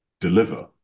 deliver